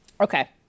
Okay